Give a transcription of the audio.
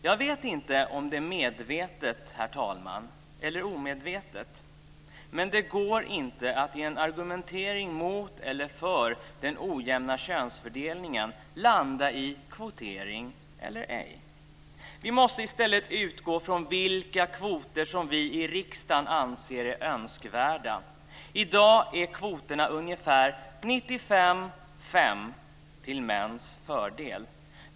Jag vet inte om det är medvetet, herr talman, eller omedvetet. Men det går inte att i en argumentering mot eller för den ojämna könsfördelningen landa i "kvotering eller ej". Vi måste i stället utgå från vilka kvoter som vi i riksdagen anser är önskvärda. I dag är kvoterna ungefär 95-5 till mäns fördel.